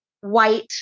white